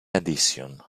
addition